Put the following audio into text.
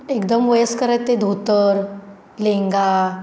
एकदम वयस्कर आहेत ते धोतर लेंगा